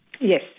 Yes